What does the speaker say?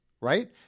right